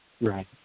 right